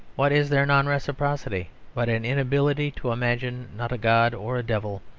what is their non-reciprocity but an inability to imagine, not a god or devil,